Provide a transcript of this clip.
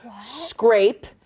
scrape